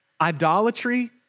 Idolatry